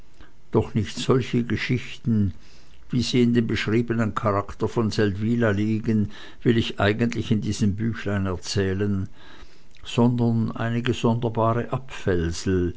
doch nicht solche geschichten wie sie in dem beschriebenen charakter von seldwyla liegen will ich eigentlich in diesem büchlein erzählen sondern einige sonderbare